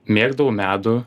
mėgdavau medų